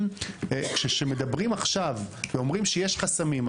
כשמדברים עכשיו ואומרים שיש חסמים,